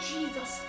Jesus